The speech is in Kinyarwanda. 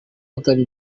atari